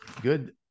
good